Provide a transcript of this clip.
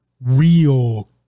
real